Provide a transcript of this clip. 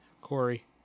Corey